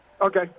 Okay